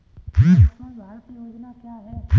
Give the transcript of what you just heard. आयुष्मान भारत योजना क्या है?